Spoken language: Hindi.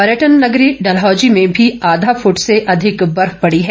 पर्यटन नगरी डल्हौजी में भी आधा फट से अधिक बर्फ पडी है